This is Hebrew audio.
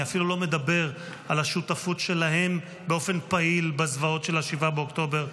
אני אפילו לא מדבר על השותפות שלהם באופן פעיל בזוועות של 7 באוקטובר,